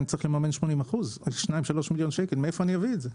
צריך לממן 80%. מאיפה אני אביא את זה?